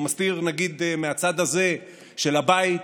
מסתיר מהצד הזה של הבית.